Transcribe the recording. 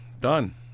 Done